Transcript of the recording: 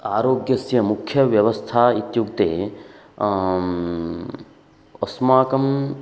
आरोग्यस्य मुख्यव्यवस्था इत्युक्ते अस्माकम्